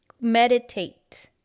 Meditate